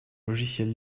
logiciels